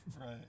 Right